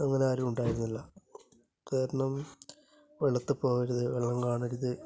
അങ്ങനെ ആരും ഉണ്ടായിരുന്നില്ല കാരണം വെള്ളത്തില് പോകരുത് വെള്ളം കാണരുത്